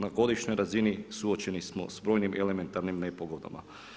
Na godišnjoj razini, suočeni smo s brojnim elementarnim nepogodama.